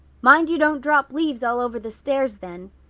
mind you don't drop leaves all over the stairs then.